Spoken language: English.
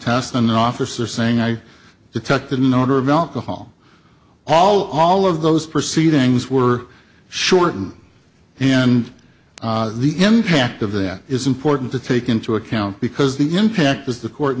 test an officer saying i detected an order of alcohol all all of those proceedings were shortened and the impact of that is important to take into account because the impact is the court